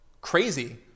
crazy